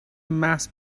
محض